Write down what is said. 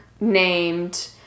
named